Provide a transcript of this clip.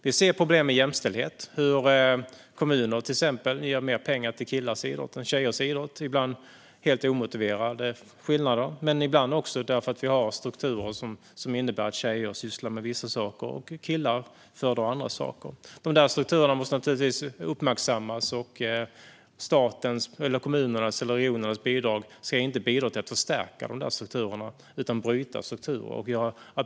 Vi ser problem med jämställdhet, till exempel hur kommuner ger mer pengar till killars idrott än till tjejers idrott. Det är ibland helt omotiverade skillnader, men ibland också därför att vi har strukturer som innebär att tjejer sysslar med vissa saker och killar med andra saker. Dessa strukturer måste naturligtvis uppmärksammas. Statens, kommunernas eller regionernas bidrag ska inte bidra till att förstärka utan bryta strukturer.